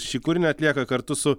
šį kūrinį atlieka kartu su